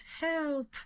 help